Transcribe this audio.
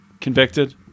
convicted